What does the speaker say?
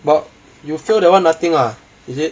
but you fail that [one] nothing ah is it